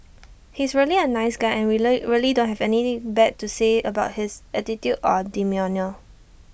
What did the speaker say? he is really A nice guy and we really don't have anything bad to say about his attitude or demeanour